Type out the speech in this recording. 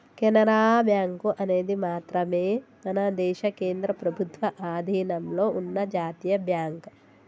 Canara bank అనేది మాత్రమే మన దేశ కేంద్ర ప్రభుత్వ అధీనంలో ఉన్న జాతీయ బ్యాంక్